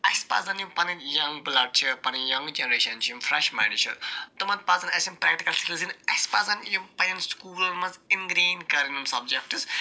اَسہِ پَزن یِم پنٕنۍ ینٛگ بٕلڈ چھِ پنٕنۍ ینٛگ جنریشن چھِ یِم فرش ماینٛڈٕز چھِ تِمن پَزن اَسہِ یِم اَسہِ پَزن یِم پنٛنٮ۪ن سُکوٗلن منٛز اِنگریٖن کَرٕنۍ یِم سبجکٹٕز